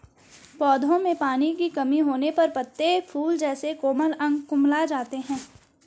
पौधों में पानी की कमी होने पर पत्ते, फूल जैसे कोमल अंग कुम्हला जाते हैं